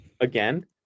again